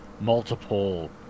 multiple